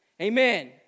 Amen